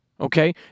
Okay